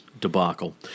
debacle